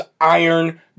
Iron